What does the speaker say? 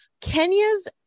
Kenya's